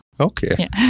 Okay